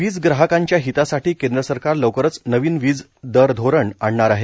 वीज ग्राहकांच्या हितासाठी केंद्र सरकार लवकरच नवीन वीज दर धोरण आणणार आहे